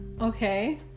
Okay